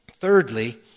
Thirdly